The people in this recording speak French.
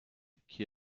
qui